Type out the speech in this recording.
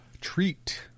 treat